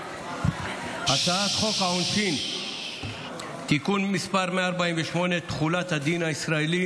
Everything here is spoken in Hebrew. הצעת חוק העונשין (תיקון מס' 148) (תחולת הדין הישראלי